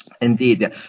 indeed